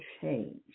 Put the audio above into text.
change